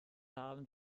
abend